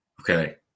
Okay